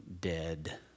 dead